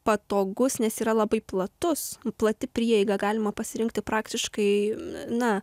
patogus nes yra labai platus plati prieiga galima pasirinkti praktiškai na